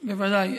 בוודאי.